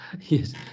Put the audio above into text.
Yes